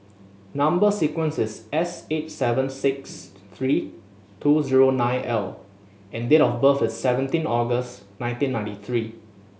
number sequence is S eight seven six three two zero nine L and date of birth is seventeen August nineteen ninety three